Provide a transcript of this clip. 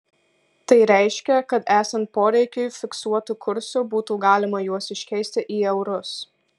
tai reiškia kad esant poreikiui fiksuotu kursu būtų galima juos iškeisti į eurus